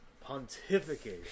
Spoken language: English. Pontificate